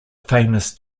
famous